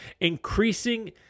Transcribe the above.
increasing